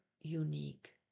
unique